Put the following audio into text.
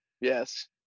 Yes